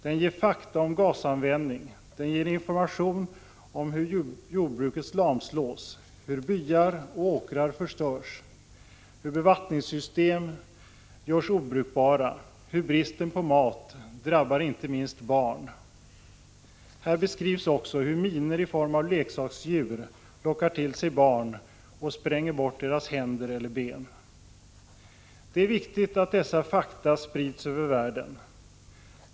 Den ger fakta om gasanvändning. Den ger information om hur jordbruket lamslås, hur byar och åkrar förstörs, hur bevattningssystem görs obrukbara, hur bristen på mat drabbar inte minst barn. Här beskrivs också hur minor i form av leksaksdjur lockar till sig barn och spränger bort deras händer eller ben. Det är viktigt att dessa fakta sprids över världen.